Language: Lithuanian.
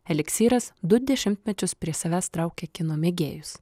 eliksyras du dešimtmečius prie savęs traukė kino mėgėjus